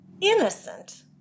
innocent